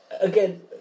again